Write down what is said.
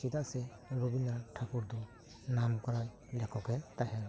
ᱪᱮᱫᱟᱜ ᱥᱮ ᱨᱚᱵᱤᱱᱫᱨᱚ ᱱᱟᱛᱷ ᱴᱷᱟᱠᱩᱨ ᱫᱚ ᱱᱟᱢᱠᱚᱨᱟ ᱞᱮᱠᱷᱚᱠᱮ ᱛᱟᱦᱮᱸ ᱠᱟᱱᱟ